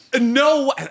no